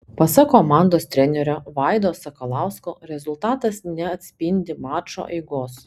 pasak komandos trenerio vaido sakalausko rezultatas neatspindi mačo eigos